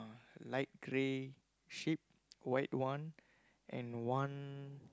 light grey sheep white one and one